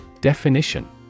Definition